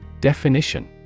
Definition